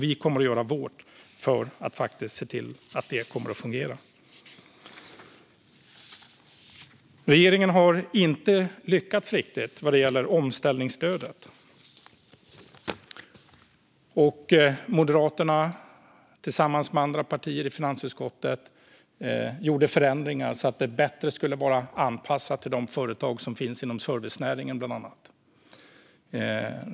Vi kommer att göra vårt för att se till att det kommer att fungera. Regeringen har inte riktigt lyckats med omställningsstödet, och Moderaterna gjorde tillsammans med andra partier i finansutskottet förändringar så att det skulle vara anpassat bättre till de företag som finns inom bland annat servicenäringen.